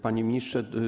Panie Ministrze!